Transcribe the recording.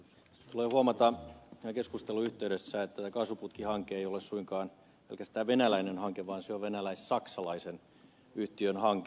tulee huomata tämän keskustelun yhteydessä että tämä kaasuputkihanke ei ole suinkaan pelkästään venäläinen hanke vaan se on venäläis saksalaisen yhtiön hanke